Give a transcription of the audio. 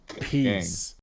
Peace